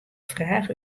fraach